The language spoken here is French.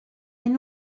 mais